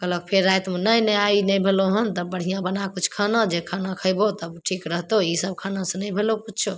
कहलक फेर रातिमे नहि नहि आइ ई नहि भेलौ हन तब बढ़िआँ बना किछु खाना जे खाना खएबौ तब ठीक रहतौ ईसब खानासे नहि भेलौ किछु